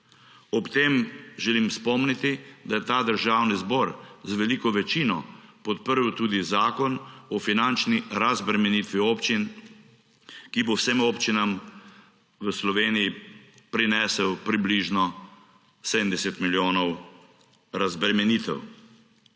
Ob tem želim spomniti, da je ta državni zbor z veliko večino podprl tudi Zakon o finančni razbremenitvi občin, ki bo vsem občinam v Sloveniji prinesel približno 70 milijonov razbremenitev.